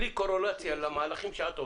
בלי קורלציה למהלכים שאת עושה,